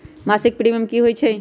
मासिक प्रीमियम की होई छई?